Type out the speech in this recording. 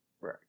Right